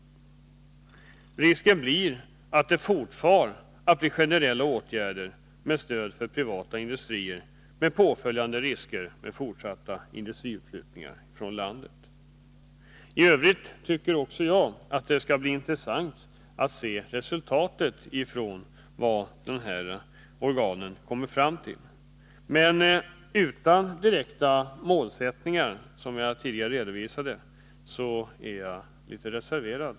Risken är att det också i fortsättningen blir generella åtgärder med stöd för privata industrier och åtföljande risker för fortsatta industriutflyttningar från Sverige. I övrigt tycker också jag att det skall bli intressant att se vad de här organen kommer fram till. Men — som jag tidigare har redovisat — om det inte anges direkta målsättningar är jag litet reserverad.